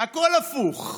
הכול הפוך,